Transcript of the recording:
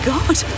God